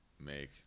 make